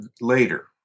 later